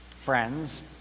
friends